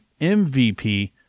MVP